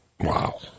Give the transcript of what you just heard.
Wow